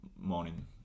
morning